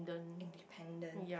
independent